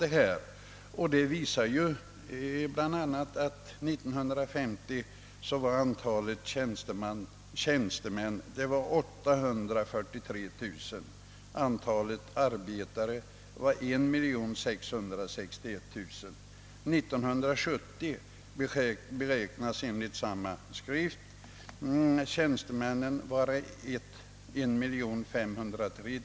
Dessa skrifter visar bl.a. att år 1950 antalet tjänstemän 1660 000 — alltså praktiskt taget lika många.